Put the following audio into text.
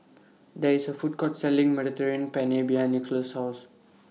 There IS A Food Court Selling Mediterranean Penne behind Nikolas' House